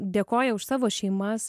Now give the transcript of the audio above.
dėkoja už savo šeimas